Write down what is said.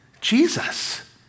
Jesus